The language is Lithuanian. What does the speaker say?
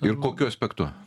ir kokiu aspektu